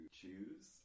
choose